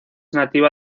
nativa